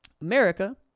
America